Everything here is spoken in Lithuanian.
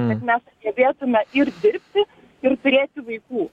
bet mes sugebėtume ir dirbti ir turėti vaikų